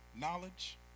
Knowledge